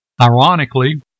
Ironically